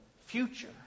future